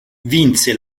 vinse